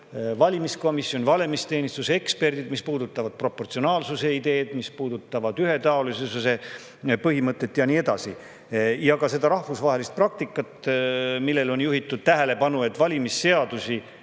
valimiskomisjon, valimisteenistuse eksperdid, mis puudutavad proportsionaalsuse ideed, mis puudutavad ühetaolisuse põhimõtet ja ka seda rahvusvahelist praktikat, millele on juhitud tähelepanu, et valimisseadusi